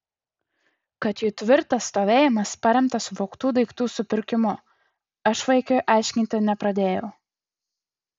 kad jų tvirtas stovėjimas paremtas vogtų daiktų supirkimu aš vaikiui aiškinti nepradėjau